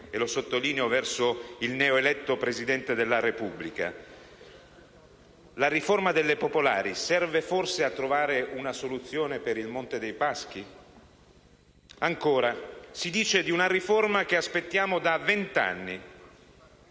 e lo sottolineo verso il neoeletto Presidente della Repubblica - la riforma delle popolari serve forse a trovare una soluzione per il Monte dei Paschi di Siena? Ancora: si dice di una riforma che aspettiamo da vent'anni.